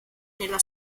nella